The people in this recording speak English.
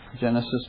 Genesis